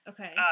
Okay